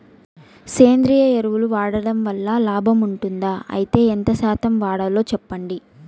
సేంద్రియ ఎరువులు వాడడం వల్ల లాభం ఉంటుందా? అయితే ఎంత శాతం వాడాలో చెప్పండి?